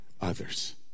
others